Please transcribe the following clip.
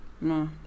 No